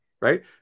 right